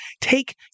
take